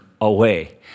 away